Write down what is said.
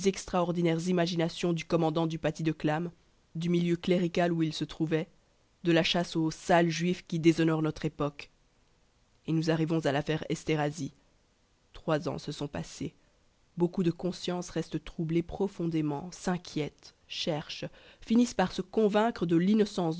extraordinaires imaginations du commandant du paty de clam du milieu clérical où il se trouvait de la chasse aux sales juifs qui déshonore notre époque et nous arrivons à l'affaire esterhazy trois ans se sont passés beaucoup de consciences restent troublées profondément s'inquiètent cherchent finissent par se convaincre de l'innocence